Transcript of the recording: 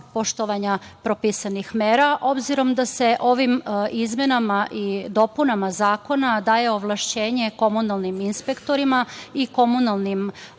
poštovanja propisanih mera, obzirom da se ovim izmenama i dopunama Zakona daje ovlašćenje komunalnim inspektorima i komunalnoj